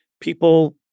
people